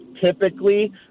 typically